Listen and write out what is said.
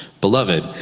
Beloved